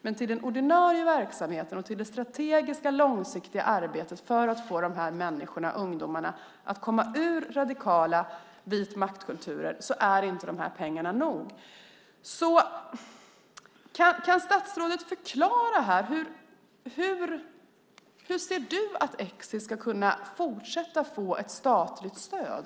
Men till den ordinarie verksamheten och till det strategiska och långsiktiga arbetet för att få ungdomarna att komma ur radikala vitmaktkulturer är inte dessa pengar nog. Kan statsrådet förklara hur hon ser på att Exit ska fortsätta att få ett statligt stöd?